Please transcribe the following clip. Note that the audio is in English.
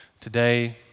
today